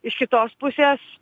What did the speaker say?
iš kitos pusės